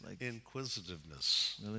Inquisitiveness